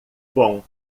bom